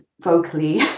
vocally